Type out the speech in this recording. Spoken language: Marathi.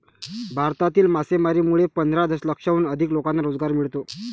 भारतातील मासेमारीमुळे पंधरा दशलक्षाहून अधिक लोकांना रोजगार मिळतो